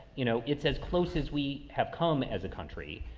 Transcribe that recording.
you know, it's as close as we have come as a country.